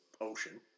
ocean